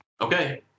okay